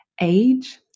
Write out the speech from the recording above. age